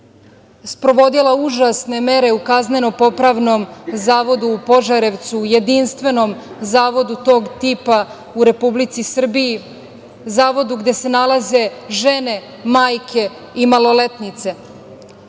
sprovodila užasne mere u Kazneno-popravnom zavodu u Požarevcu, jedinstvenom zavodu tog tipa u Republici Srbiji, zavodu gde se nalaze žene, majke i maloletnice.